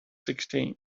sixteen